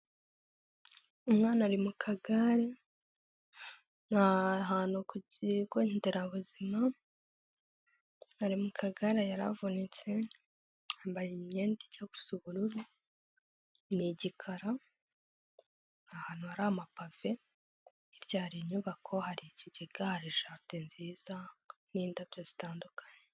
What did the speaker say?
Umwana ari mu kagare, ni ahantu ku kigo nderabuzima, ari mu kagare yaravunitse, yambaye imyenda ijya gusa ubururu, ni igikara, ni ahantu hari amapave, hirya hari inyubako, hari ikigega, hari ishate nziza n'indabyo zitandukanye.